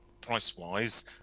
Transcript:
price-wise